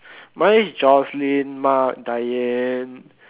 mine is Joycelyn Mark Diane